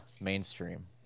mainstream